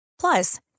Plus